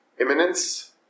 Imminence